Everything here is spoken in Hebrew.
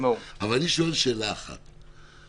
אני שואל שאלה אחת.